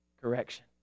correction